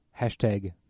Hashtag